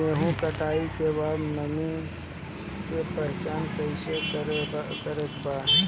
गेहूं कटाई के बाद नमी के पहचान कैसे करेके बा?